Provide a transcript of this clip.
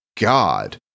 God